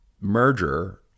merger